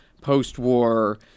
post-war